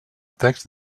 text